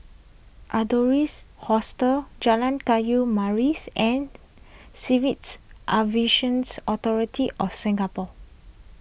Adonis Hostel Jalan Kayu and Authority of Singapore